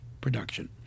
production